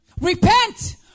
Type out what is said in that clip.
Repent